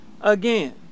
again